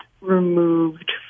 removed